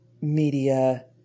media